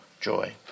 joy